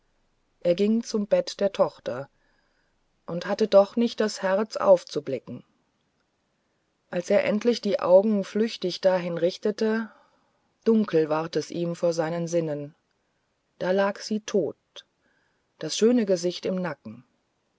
er ging zum bett der tochter und hatte doch nicht das herz aufzublicken und als er endlich die augen flüchtig dahin richtete dunkel ward es ihm vor seinen sinnen da lag sie tot das schöne gesicht im nacken